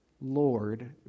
Lord